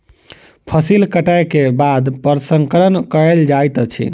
फसिल कटै के बाद प्रसंस्करण कयल जाइत अछि